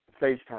FaceTime